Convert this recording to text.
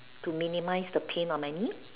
to minimise the pain on my knee